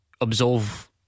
Absolve